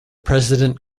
president